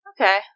Okay